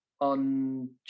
on